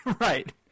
Right